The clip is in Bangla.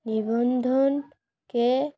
নিবন্ধনকে